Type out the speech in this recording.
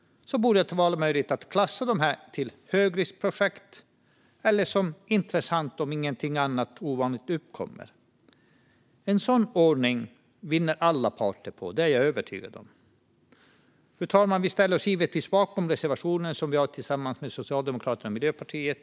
Det borde vara möjligt att klassa dessa som högriskprojekt eller som intressanta om inget ovanligt uppkommer. En sådan ordning vinner alla parter på. Det är jag övertygad om. Jag yrkar bifall till reservationen från Vänsterpartiet, Socialdemokraterna och Miljöpartiet.